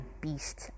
beast